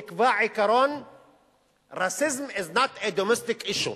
נקבע עיקרון: racism is not a domestic issue,